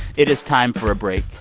it is time for a break.